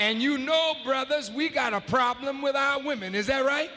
and you know brothers we got a problem with our women is their right